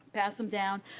pass them down,